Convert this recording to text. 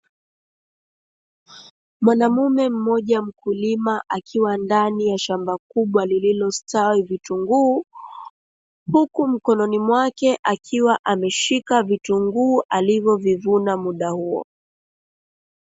Mwanamume mmoja mkulima akiwa ndani ya shamba kubwa lililostawi vitunguu, huku mkononi mwake akiwa ameshika vitunguu alivyovivuna mda huo.